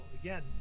again